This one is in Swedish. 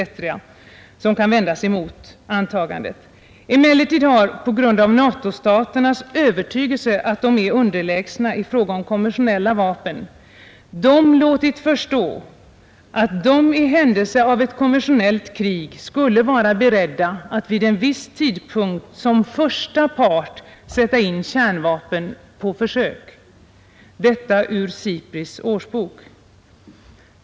Emellertid har NATO-staterna på grund av sin övertygelse att de är underlägsna i fråga om konventionella vapen låtit förstå, att de i händelse av ett konventionellt krig skulle vara beredda att vid en viss tidpunkt som första part sätta in kärnvapen ”på försök”. Detta ur SIPRI:s årsbok.